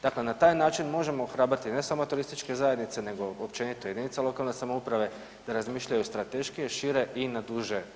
Dakle, na taj način možemo ohrabriti ne samo turističke zajednice nego općenito jedinice lokalne samouprave da razmišljaju strateški šire i na duže staze.